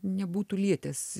nebūtų lietęs